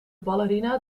ballerina